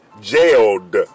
jailed